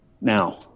Now